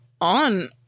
on